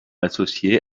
associé